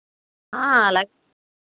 అలా